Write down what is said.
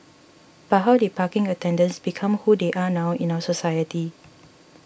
but how did parking attendants become who they are now in our society